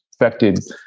affected